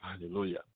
Hallelujah